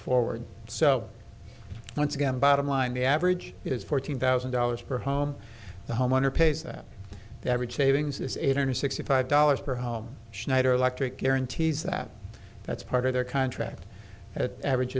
forward so once again bottom line the average is fourteen thousand dollars for home the homeowner pays that the average savings is eight hundred sixty five dollars for home schneider electric guarantees that that's part of their contract average